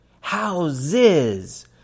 houses